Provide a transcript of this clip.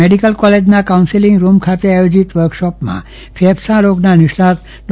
medical કોલેજના counselling room ખાતે આયોજિત આ વર્કશોપમાં ફેફસાં રોગના નિષ્ણાંત ડો